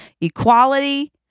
Equality